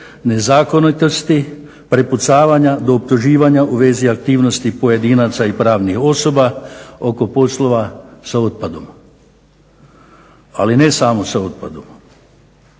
nezakonitosti, prepucavanja do optuživanja u vezi aktivnosti pojedinaca i pravnih osoba oko poslova sa otpadom, ali i ne samo sa otpadom